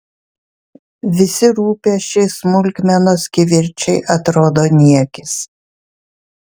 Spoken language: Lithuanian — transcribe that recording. visi rūpesčiai smulkmenos kivirčai atrodo niekis